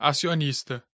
Acionista